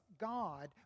God